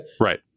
Right